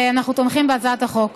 אנחנו תומכים בהצעת החוק.